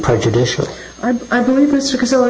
prejudicial i believe it's because they were